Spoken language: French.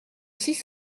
six